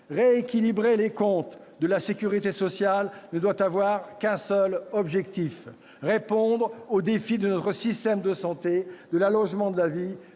Rééquilibrer les comptes de la sécurité sociale ne doit avoir qu'un seul objectif : répondre aux défis de notre système de santé, de l'allongement de la vie,